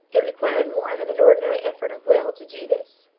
it required more than an ordinary effort of will to do this,